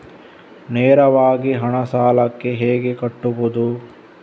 ನೇರವಾಗಿ ಹಣ ಸಾಲಕ್ಕೆ ಹೇಗೆ ಕಟ್ಟುವುದು?